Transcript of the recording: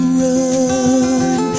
run